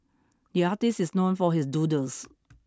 the artist is known for his doodles